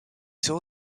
saw